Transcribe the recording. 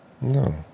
No